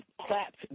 claps